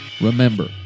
Remember